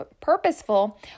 purposeful